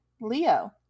Leo